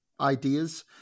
ideas